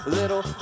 little